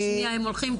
שנייה, הם הולכים .